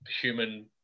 human